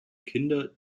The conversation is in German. kinder